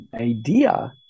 idea